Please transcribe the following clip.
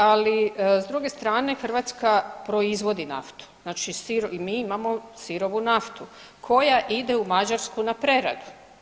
Ali s druge strane Hrvatska proizvodi naftu, znači mi imamo sirovu naftu koja ide u Mađarsku na preradu.